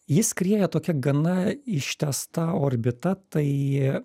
jis skrieja tokia gana ištęsta orbita tai